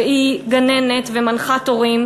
שהיא גננת ומנחת הורים,